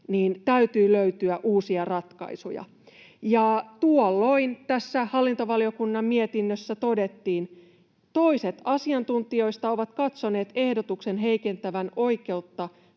täytyy löytyä uusia ratkaisuja. Ja tuolloin tässä hallintovaliokunnan mietinnössä todettiin: ”Toiset asiantuntijoista ovat katsoneet ehdotuksen heikentävän oikeutta